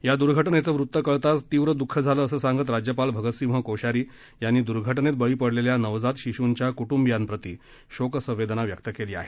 या द्र्घटनेचं वृत्त कळताच तीव्र द्ःख झालं असं सांगत राज्यपाल भगतसिंह कोश्यारी यांनी द्र्घटनेत बळी पडलेल्या नवजात शिशुंच्या कुटुंबीयांप्रति शोकसंवेदना व्यक्त केली आहे